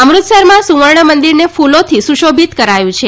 અમૃતસરમાં સુવર્ણ મંદિરને ફ્રલોથી સુશોભિત કરાયું છે